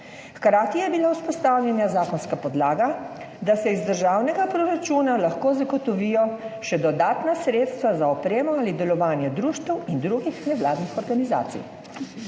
Hkrati je bila vzpostavljena zakonska podlaga, da se iz državnega proračuna lahko zagotovijo še dodatna sredstva za opremo ali delovanje društev in drugih nevladnih organizacij.